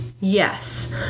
yes